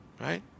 Right